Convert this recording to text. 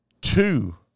two